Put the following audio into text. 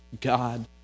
God